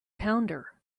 pounder